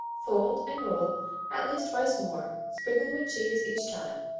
fold and roll at least twice more, sprinkling with cheese each time.